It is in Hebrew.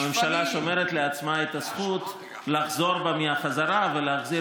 הממשלה שומרת לעצמה את הזכות לחזור בה מהחזרה ולהחזיר